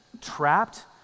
trapped